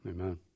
Amen